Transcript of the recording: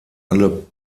alle